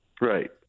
Right